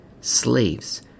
slaves